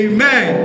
Amen